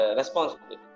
responsibility